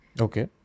Okay